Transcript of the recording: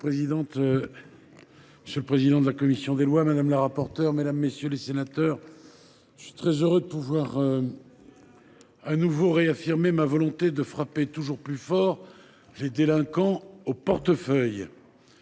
monsieur le président de la commission des lois, madame la rapporteure, mesdames, messieurs les sénateurs, je suis très heureux de pouvoir de nouveau réaffirmer ma volonté de frapper toujours plus fort les délinquants au portefeuille.